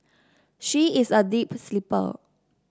she is a deep sleeper